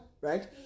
Right